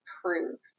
proof